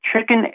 chicken